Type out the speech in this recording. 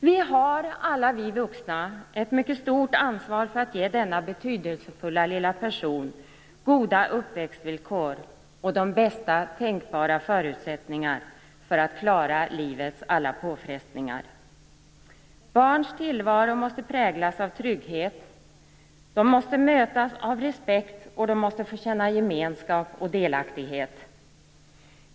Vi har, alla vi vuxna, ett mycket stort ansvar för att ge denna betydelsefulla lilla person goda uppväxtvillkor och de bästa tänkbara förutsättningar för att klara livets alla påfrestningar. Barns tillvaro måste präglas av trygghet, de måste mötas av respekt, och de måste få känna gemenskap och delaktighet.